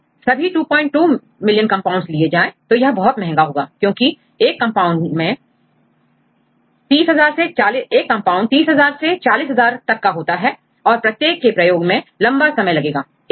यदि सभी 22 million compounds लिए जाए तो यह बहुत महंगा होगा क्योंकि एक कंपाउंड 30000 से ₹40000 तब का होता है और प्रत्येक के प्रयोग में लंबा समय लगेगा